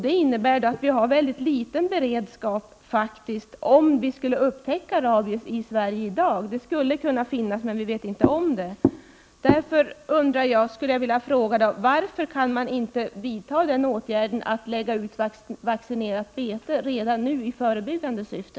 Detta innebär att vi har en oerhört liten beredskap om vi skulle upptäcka rabies i Sverige i dag. Den skulle kunna finnas här, utan att vi vet om det. Jag skulle vilja fråga: Varför kan man inte vidta åtgärden att lägga ut vaccinbete redan nu i förebyggande syfte?